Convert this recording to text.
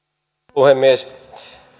puhemies